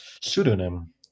pseudonym